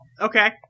Okay